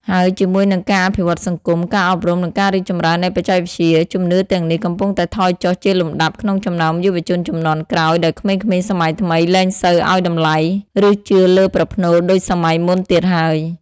ហើយជាមួយនឹងការអភិវឌ្ឍន៍សង្គម ការអប់រំ និងការរីកចម្រើននៃបច្ចេកវិទ្យា ជំនឿទាំងនេះកំពុងតែថយចុះជាលំដាប់ក្នុងចំណោមយុវជនជំនាន់ក្រោយ ដោយក្មេងៗសម័យថ្មីលែងសូវឲ្យតម្លៃ ឬជឿលើប្រផ្នូលដូចសម័យមុនទៀតហើយ។